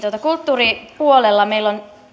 kulttuuripuolella meillä on